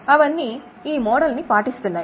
అవన్నీ ఈ మోడల్ ని పాటిస్తున్నాయి